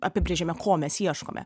apibrėžiame ko mes ieškome